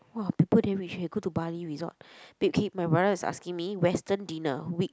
!wah! people damn rich eh go to Bali resort babe K my brother is asking me Western dinner week